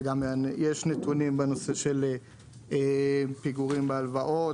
וגם יש נתונים בנושא של פיגורים בהלוואות,